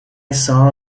saw